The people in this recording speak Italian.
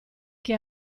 che